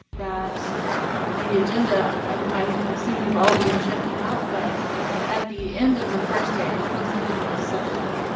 that the agenda i assume you've all been checking out. but at the end of the first day, the closing general session